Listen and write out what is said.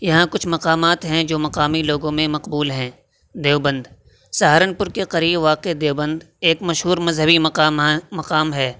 یہاں کچھ مقامات ہیں جو مقامی لوگوں میں مقبول ہیں دیوبند سہارنپور کے قریب واقع دیوبند ایک مشہور مذہبی مقاما مقام ہے